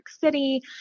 City